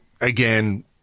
again